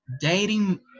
dating